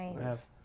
Nice